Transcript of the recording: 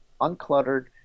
uncluttered